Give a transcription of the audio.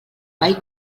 ball